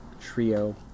trio